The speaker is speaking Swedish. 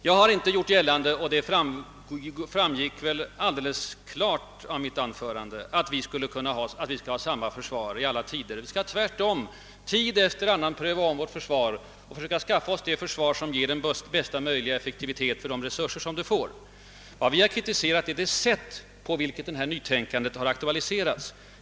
Jag har inte gjort gällande — det framgick väl alldeles klart av mitt anförande — att vi skall ha samma försvar i alla tider. Vi skall tvärtom tid efter annan ompröva vårt försvar och försöka skaffa oss det som ger bästa möjliga effektivitet för de resurser som försvaret får. Vad jag kritiserat är det sätt på vil ket nytänkandet har aktualiserats.